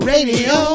Radio